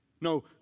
No